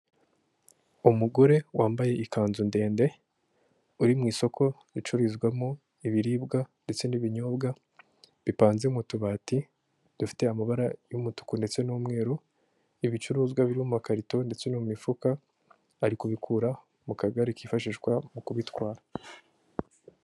Umugore wambaye ikanzu ndende uri m'isoko ricururizwamo ibiribwa ndetse n'ibinyobwa bipanze mu tubati dufite amabara y'umutuku ndetse n'umweru ibicuruzwa biri mu amakarito ndetse no mu mifuka arikubikura mu kagari kifashishwa mu kubitwara.